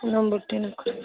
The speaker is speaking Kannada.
ಇನ್ನೊಂದು ಬುಟ್ಟಿನ ಕೊಡಿ